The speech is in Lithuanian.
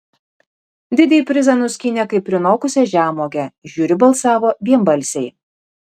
didįjį prizą nuskynė kaip prinokusią žemuogę žiūri balsavo vienbalsiai